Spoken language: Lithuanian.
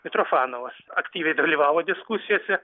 mitrofanovas aktyviai dalyvavo diskusijose